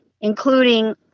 including